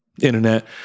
internet